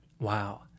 Wow